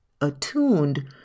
attuned